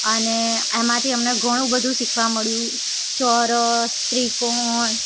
અને એમાંથી અમને ઘણું બધું શીખવા મળ્યું ચોરસ ત્રિકોણ